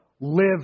live